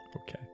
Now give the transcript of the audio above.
Okay